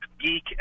geek